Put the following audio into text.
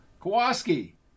Kowalski